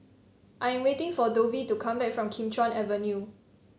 I am waiting for Dovie to come back from Kim Chuan Avenue